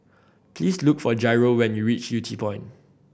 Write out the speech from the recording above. please look for Jairo when you reach Yew Tee Point